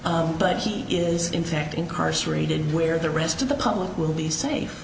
but he is in fact incarcerated where the rest of the public will be safe